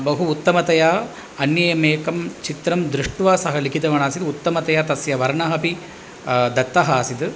बहु उत्तमतया अन्यमेकं चित्रं दृष्ट्वा सः लिखितवानासीत् उत्तमतया तस्य वर्णः अपि दत्तः आसिद्